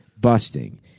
Busting